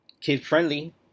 kid-friendly